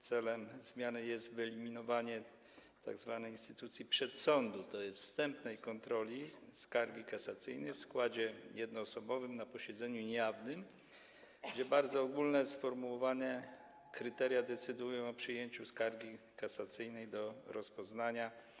Celem zmiany jest wyeliminowanie tzw. instytucji przedsądu, tj. wstępnej kontroli skargi kasacyjnej w składzie jednoosobowym na posiedzeniu niejawnym, gdzie bardzo ogólnie formułowane kryteria decydują o przyjęciu skargi kasacyjnej do rozpoznania.